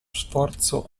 sforzo